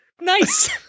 Nice